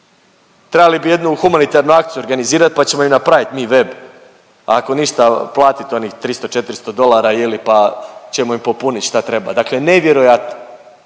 Trebali bi jednu humanitarnu akciju organizirat, pa ćemo im napravit mi web, ako ništa, platit onih 300-400 dolara je li, pa ćemo im popunit šta treba, dakle nevjerojatno,